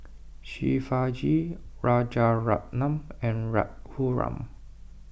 Shivaji Rajaratnam and Raghuram